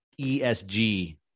esg